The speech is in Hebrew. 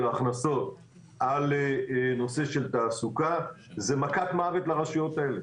ההכנסות על נושא של תעסוקה זה מכת מוות לרשויות האלה.